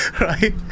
Right